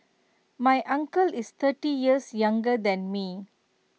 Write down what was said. my uncle is thirty years younger than me